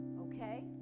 okay